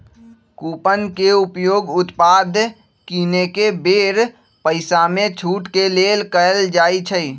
coupon के उपयोग उत्पाद किनेके बेर पइसामे छूट के लेल कएल जाइ छइ